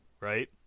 Right